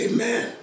Amen